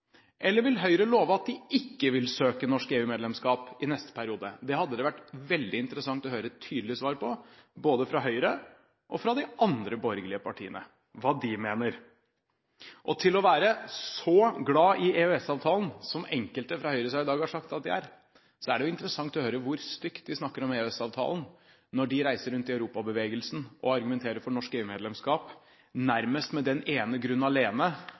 Eller vil Høyre love at de ikke vil søke norsk EU-medlemskap i neste periode? Det hadde det vært veldig interessant å høre et tydelig svar på, både fra Høyre og fra de andre borgerlige partiene og hva de mener. Til å være så glad i EØS-avtalen som enkelte fra høyresiden i dag har sagt at de er, er det interessant å høre hvor stygt de snakker om EØS-avtalen når de reiser rundt i Europabevegelsen og argumenterer for norsk EU-medlemskap, nærmest med den ene grunn alene